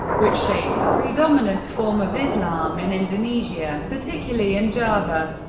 which shaped the predominant form of islam in indonesia, particularly in java.